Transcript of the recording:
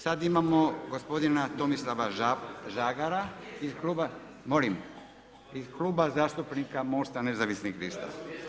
Sada imamo gospodina Tomislava Žagara iz Kluba zastupnika Mosta nezavisnih lista.